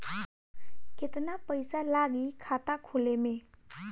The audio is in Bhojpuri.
केतना पइसा लागी खाता खोले में?